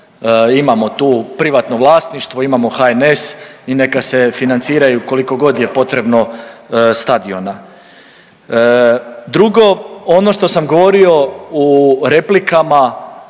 imamo tu privatno vlasništvo, imamo HNS i neka se financiraju koliko god je potrebno stadiona. Drugo, ono što sam govorio u replikama